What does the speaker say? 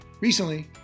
Recently